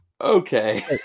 okay